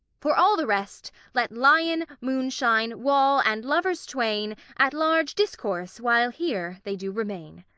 for all the rest, let lion, moonshine, wall, and lovers twain, at large discourse while here they do remain.